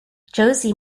josie